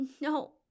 no